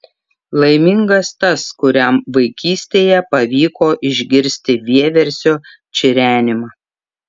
laimingas tas kuriam vaikystėje pavyko išgirsti vieversio čirenimą